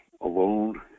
alone